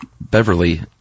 Beverly